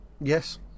Yes